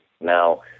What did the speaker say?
Now